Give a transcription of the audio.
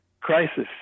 crisis